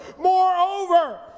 moreover